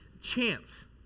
chance